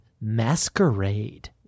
Masquerade